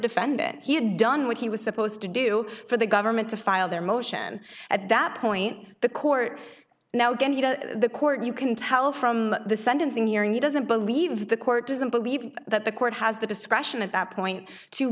defendant he had done what he was supposed to do for the government to file their motion at that point the court now going to the court you can tell from the sentencing hearing he doesn't believe the court doesn't believe that the court has the discretion at that point to